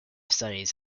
studies